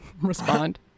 respond